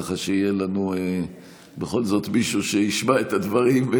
ככה שיהיה לנו בכל זאת מישהו שישמע את הדברים,